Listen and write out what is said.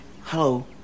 Hello